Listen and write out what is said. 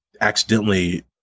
accidentally